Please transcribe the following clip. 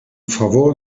favor